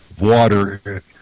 water